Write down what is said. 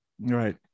right